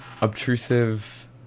obtrusive